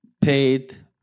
paid